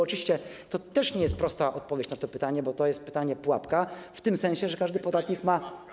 Oczywiście to nie jest prosta odpowiedź na pytanie, bo to jest pytanie pułapka w tym sensie, że każdy podatnik ma.